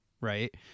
right